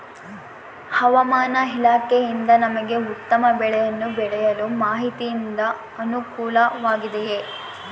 ಹವಮಾನ ಇಲಾಖೆಯಿಂದ ನಮಗೆ ಉತ್ತಮ ಬೆಳೆಯನ್ನು ಬೆಳೆಯಲು ಮಾಹಿತಿಯಿಂದ ಅನುಕೂಲವಾಗಿದೆಯೆ?